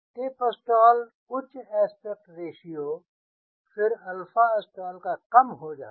tip stall उच्च aspect ratio फिर alpha stall का कम हो जाना